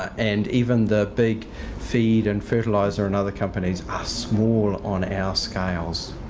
and even the big feed and fertilizer and other companies are small on our scales,